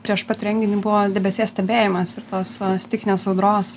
prieš pat renginį buvo debesies stebėjimas ir tos stichinės audros